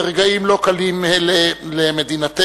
ברגעים לא קלים אלה למדינתנו,